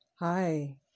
Hi